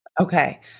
Okay